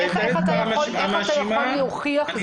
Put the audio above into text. איך אתה יכול להוכיח זאת?